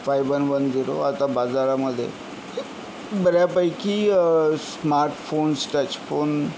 five one one zero आता बाजारामध्ये बऱ्यापैकी स्मार्टफोन्स टच फोन